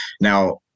Now